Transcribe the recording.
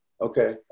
Okay